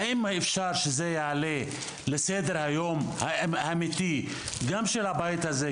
האם אפשר שזה יעלה לסדר היום האמיתי גם של הבית הזה,